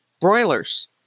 broilers